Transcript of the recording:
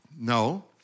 No